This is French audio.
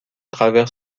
travers